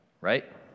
right